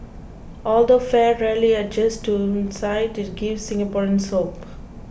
although fare rarely adjusts downwards it gives Singaporeans hope